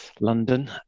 london